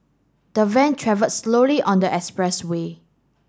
the van travelled slowly on the express way